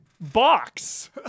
box